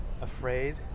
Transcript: afraid